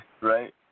Right